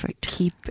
keep